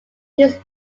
his